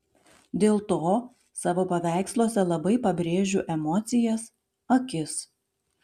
dėl to savo paveiksluose labai pabrėžiu emocijas akis